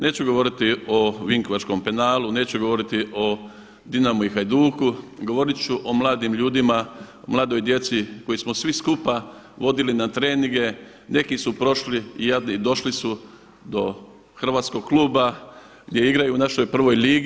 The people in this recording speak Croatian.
Neću govoriti o vinkovačkom penalu, neću govoriti o Dinamu i Hajduku, govoriti ću o mladim ljudima, o mladoj djeci koju smo svi skupa vodili na treninge, neki su prošli i jadni došli su do hrvatskog kluba gdje igraju u našoj prvoj ligi.